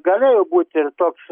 galėjo būti ir toks